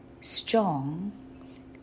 strong